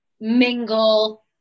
mingle